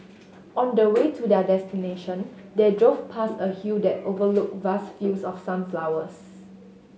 on the way to their destination they drove past a hill that overlooked vast fields of sunflowers